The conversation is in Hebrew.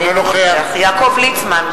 אינו נוכח יעקב ליצמן,